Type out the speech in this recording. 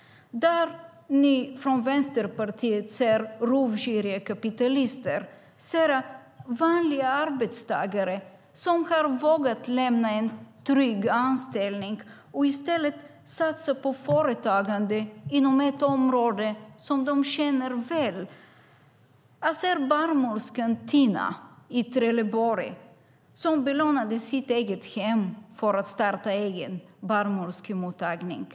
Där ni i Vänsterpartiet ser rovgiriga kapitalister ser jag vanliga arbetstagare som vågat lämna en trygg anställning för att i stället satsa på företagande inom ett område som de känner väl. Jag ser barnmorskan Tina i Trelleborg, som belånade sitt hem för att starta egen barnmorskemottagning.